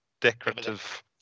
decorative